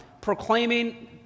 proclaiming